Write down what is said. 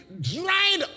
dried